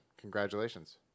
Congratulations